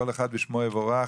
כל אחד בשמו יבורך,